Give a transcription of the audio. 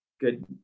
good